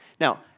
Now